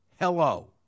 Hello